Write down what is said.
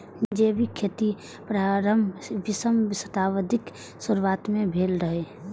जैविक खेतीक प्रारंभ बीसम शताब्दीक शुरुआत मे भेल रहै